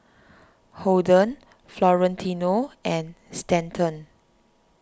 Holden Florentino and Stanton